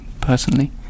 personally